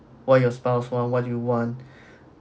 what your spouse want what you want